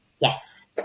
Yes